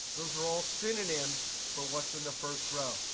those are all synonyms for what's in the first row.